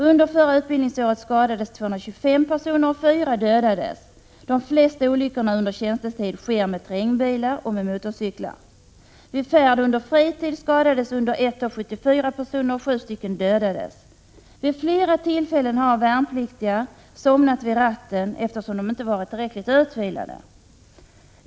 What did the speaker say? Under förra utbildningsåret skadades 225 personer, och 4 dödades. De flesta olyckorna under tjänstetid sker med terrängbilar och med motorcyklar. Vid färd under fritid skadades under ett år 74 personer, och 7 personer dödades. Vid flera tillfällen har värnpliktiga somnat vid ratten, eftersom de inte har varit tillräckligt utvilade.